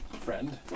friend